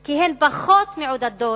כי הן פחות מעודדות,